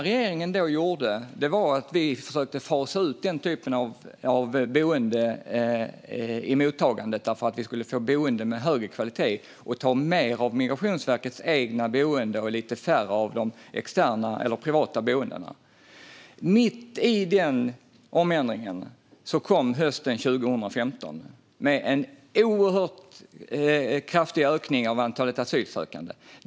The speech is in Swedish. Regeringen försökte då fasa ut denna typ av boenden i mottagandet för att få högre kvalitet genom att ta fler av Migrationsverkets boenden och färre privata boenden. Mitt i den omändringen kom hösten 2015 med en kraftig ökning av antalet asylsökande.